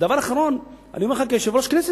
ודבר אחרון, אני אומר לך גם כיושב-ראש הכנסת,